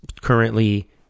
currently